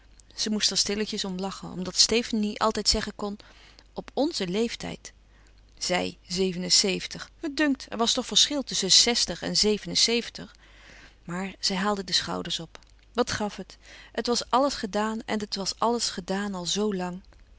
zij moest er stilletjes om lachen omdat stefanie altijd zeggen kon op nzen leeftijd zij zeven en zeventig me dunkt er was toch verschil tusschen zestig en zeven en zeventig maar zij haalde de schouders op wat gaf het het was alles gedaan en het was alles gedaan al zoo lang